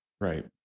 Right